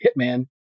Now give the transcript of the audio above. Hitman